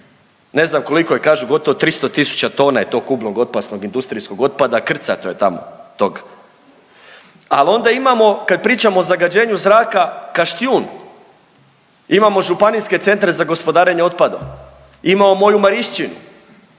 ne znam koliko je, kažu gotovo 300 tisuća tona je tog kubnog opasnog industrijskog otpada, krcato je tamo tog. Al onda imamo kad pričamo o zagađenju zraka Kaštijun, imamo Županijske centre za gospodarenje otpadom, imamo moju Marišćinu,